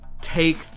take